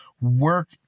work